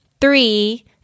three